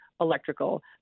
electrical